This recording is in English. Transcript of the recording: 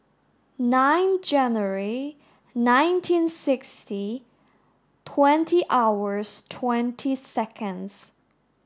nine January nineteen sixty twenty hours twenty seconds